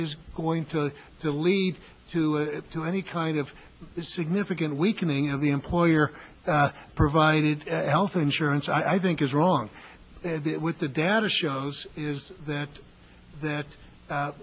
is going to lead to to any kind of significant weakening of the employer provided health insurance i think is wrong with the data shows is that that